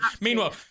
Meanwhile